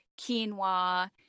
quinoa